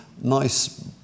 NICE